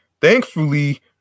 Thankfully